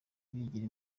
bigira